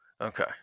Okay